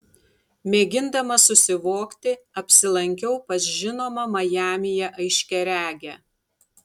mėgindama susivokti apsilankiau pas žinomą majamyje aiškiaregę